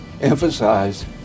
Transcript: emphasize